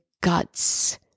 guts